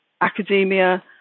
academia